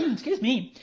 excuse me.